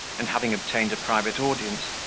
and, having obtained a private audience,